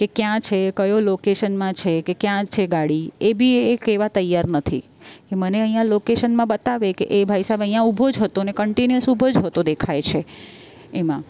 કે ક્યાં છે કયો લોકેશનમાં છે કે ક્યાં છે ગાડી એ બી એ કહેવા તૈયાર નથી ને મને અહીંયા લોકેશનમાં બતાવે કે એ ભાઈસાબ અહીંયા ઊભો જ હતો અને કન્ટીન્યુઅસ ઊભો જ હતો દેખાય છે એમાં